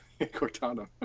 Cortana